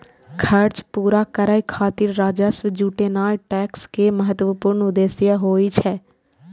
खर्च पूरा करै खातिर राजस्व जुटेनाय टैक्स के महत्वपूर्ण उद्देश्य होइ छै